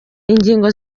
ingingo